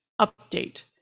update